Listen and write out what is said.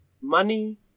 money